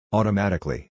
Automatically